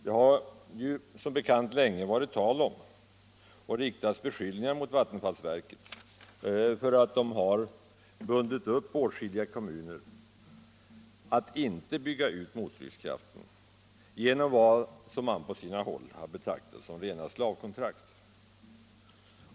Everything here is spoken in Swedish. Det har som bekant sedan länge riktats beskyllningar mot vattenfallsverket för att det bundit upp åtskilliga kom 269 muner för att inte bygga ut mottryckskraften — genom vad som man på sina håll har betraktat som rena slavkontrakt.